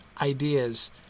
ideas